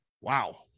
wow